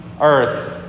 earth